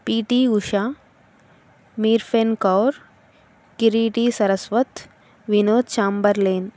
PT Usha మిర్ఫెన్ కౌర్ కిరీటి సరస్వత్ వినో ఛాంబర్ లేన్